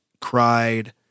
cried